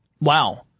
Wow